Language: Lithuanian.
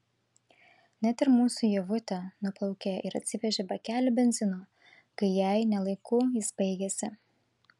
net ir mūsų ievutė nuplaukė ir atsivežė bakelį benzino kai jai ne laiku jis baigėsi